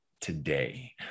today